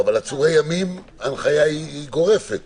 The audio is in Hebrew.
אבל לגבי עצורי ימים ההנחיה היא גורפת.